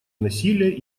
насилия